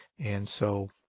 and so,